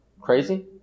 Crazy